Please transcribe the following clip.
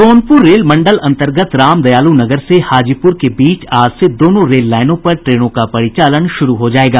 Sonpur rail मंडल अंतर्गत रामदयालु नगर से हाजीपुर के बीच आज से दोनों रेल लाईनों पर ट्रेनों का परिचालन शुरू हो जायेगा